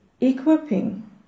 equipping